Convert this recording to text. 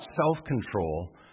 self-control